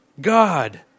God